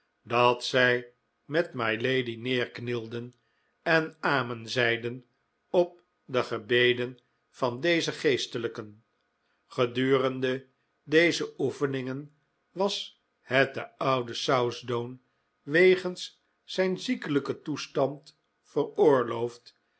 dat zij met mylady neerknielden en amen zeiden op de gebeden van deze geestelijken gedurende deze oefeningen was het den ouden southdown wegens zijn ziekelijken toestand veroorloofd